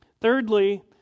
Thirdly